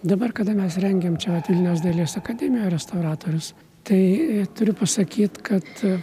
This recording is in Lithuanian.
dabar kada mes rengiam čia vilniaus dailės akademijoj restauratorius tai turiu pasakyt kad